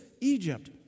Egypt